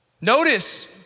notice